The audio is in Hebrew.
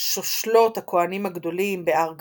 שושלות הכהנים הגדולים בהר גריזים,